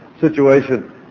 situation